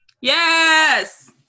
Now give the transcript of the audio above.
Yes